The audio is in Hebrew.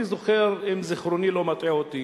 אם זיכרוני אינו מטעה אותי,